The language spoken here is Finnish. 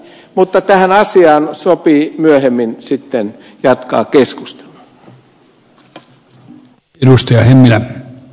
mutta tästä asiasta sopii sitten myöhemmin jatkaa keskustelua